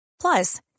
Plus